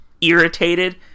irritated